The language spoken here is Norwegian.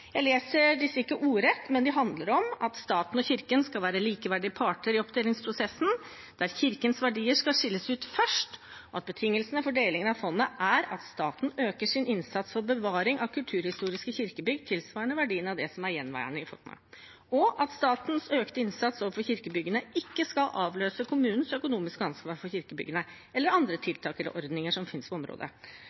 Jeg leser ikke disse forslagene ordrett, men de handler om at staten og Kirken skal være likeverdige parter i oppdelingsprosessen, der Kirkens verdier skal skilles ut først, at betingelsene for delingen av fondet er at staten øker sin innsats for bevaring av kulturhistoriske kirkebygg tilsvarende verdien av det som er gjenværende i fondet, og at statens økte innsats overfor kirkebyggene ikke skal avløse kommunenes økonomiske ansvar for kirkebyggene eller andre tiltak eller ordninger som finnes på området,